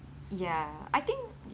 ya I think